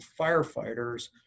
firefighters